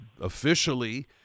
officially